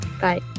bye